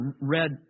read